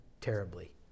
terribly